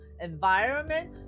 environment